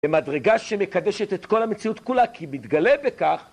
במדרגה שמקדשת את כל המציאות כולה, כי מתגלה בכך